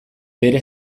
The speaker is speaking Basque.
bere